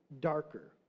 darker